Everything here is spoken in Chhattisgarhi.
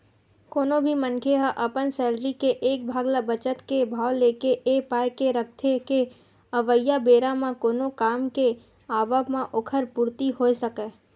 कोनो भी मनखे ह अपन सैलरी के एक भाग ल बचत के भाव लेके ए पाय के रखथे के अवइया बेरा म कोनो काम के आवब म ओखर पूरति होय सकय